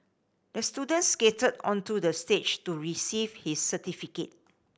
the student skated onto the stage to receive his certificate